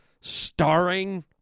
starring